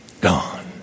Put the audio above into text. Gone